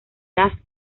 las